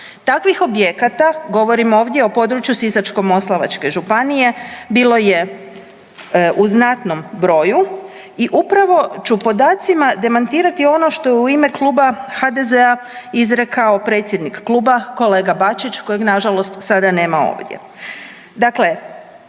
Takvih objekata, govorim ovdje o području Sisačko-moslavačke županije, bilo je u znatnom broju i upravo ću podacima demantirati ono što je u ime Kluba HDZ-a izrekao predsjednik Kluba kolega Bačić kojeg na žalost sada nema ovdje.